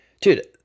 Dude